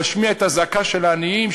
להשמיע את הזעקה של העניים,